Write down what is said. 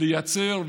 לייצר,